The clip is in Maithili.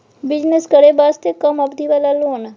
बिजनेस करे वास्ते कम अवधि वाला लोन?